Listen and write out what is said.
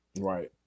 right